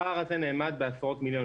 הפער הזה נאמד בעשרות מיליונים.